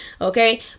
Okay